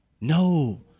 No